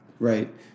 Right